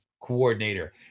coordinator